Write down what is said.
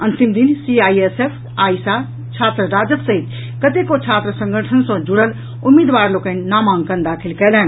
अंतिम दिन सीआईएसए आईसा छात्र राजद सहित कतेको छात्र संगठन सँ जुड़ल उम्मीदवार लोकनि नामांकन दाखिल कयलनि